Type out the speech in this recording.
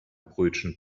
brötchen